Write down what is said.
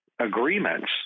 agreements—